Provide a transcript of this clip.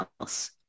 else